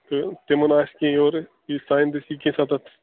تہٕ تِمَن آسہِ کیٚنٛہہ یورٕ یہِ سانہِ دٔسۍ یی کینٛژھا تتھ